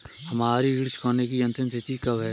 हमारी ऋण चुकाने की अंतिम तिथि कब है?